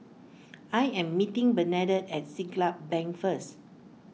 I am meeting Bernadette at Siglap Bank first